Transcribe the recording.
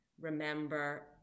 remember